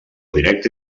directe